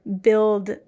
build